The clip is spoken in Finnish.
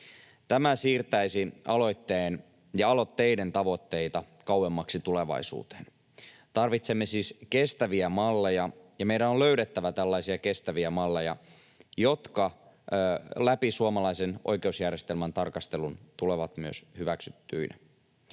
Tämä siirtäisi aloitteen — ja aloitteiden — tavoitteita kauemmaksi tulevaisuuteen. Tarvitsemme siis kestäviä malleja, ja meidän on löydettävä tällaisia kestäviä malleja, jotka läpi suomalaisen oikeusjärjestelmän tarkastelun tulevat myös hyväksyttyinä.